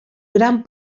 gran